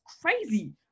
crazy